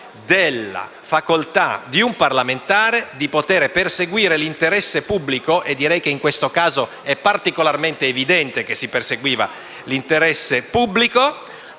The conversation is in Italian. della facoltà di un parlamentare di perseguire l'interesse pubblico (e direi che in questo caso è particolarmente evidente che si perseguiva l'interesse pubblico),